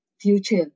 future